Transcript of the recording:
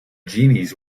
genies